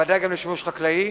ודאי גם לשימוש חקלאי.